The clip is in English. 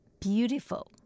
beautiful